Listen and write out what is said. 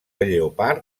lleopard